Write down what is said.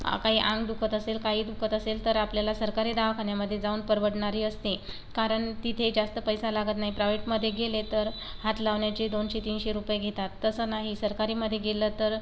काही अंग दुखत असेल काही दुखत असेल तर आपल्याला सरकारी दवाखान्यामधे जाऊन परवडणारे असते कारण तिथे जास्त पैसा लागत नाही प्रायवेटमध्ये गेले तर हात लावण्याचे दोनशे तीनशे रुपये घेतात तसं नाही सरकारीमध्ये गेलं तर